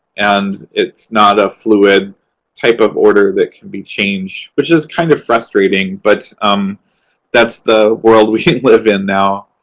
and it's not a fluid type of order that can be changed, which is kind of frustrating, but that's the world we live in now.